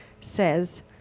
says